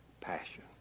passion